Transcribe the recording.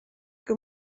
que